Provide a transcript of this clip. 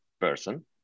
person